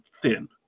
thin